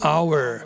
Hour